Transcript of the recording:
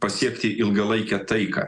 pasiekti ilgalaikę taiką